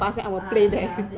ah ya same